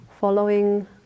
following